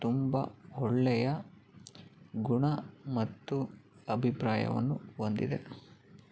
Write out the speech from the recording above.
ತುಂಬ ಒಳ್ಳೆಯ ಗುಣ ಮತ್ತು ಅಭಿಪ್ರಾಯವನ್ನು ಹೊಂದಿದೆ